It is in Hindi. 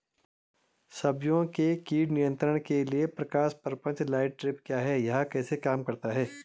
सब्जियों के कीट नियंत्रण के लिए प्रकाश प्रपंच लाइट ट्रैप क्या है यह कैसे काम करता है?